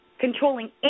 controlling